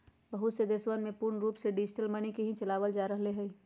बहुत से देशवन में पूर्ण रूप से डिजिटल मनी के ही चलावल जा रहले है